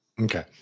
Okay